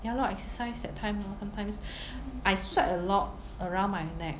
ya lor exercise that time lor sometimes I sweat a lot around my neck